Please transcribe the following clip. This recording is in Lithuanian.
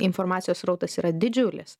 informacijos srautas yra didžiulis